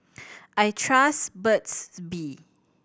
I trust Burt's Bee